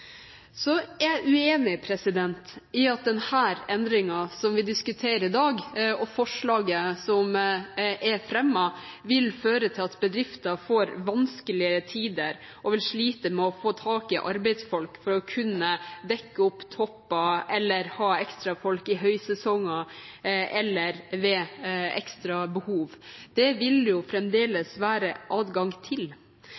Så er jeg uenig i at den endringen som vi diskuterer i dag, og forslaget som er fremmet, vil føre til at bedrifter får vanskeligere tider og vil slite med å få tak i arbeidsfolk for å kunne dekke opp topper eller ha ekstra folk i høysesonger eller ved ekstra behov. Dette vil det jo